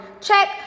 check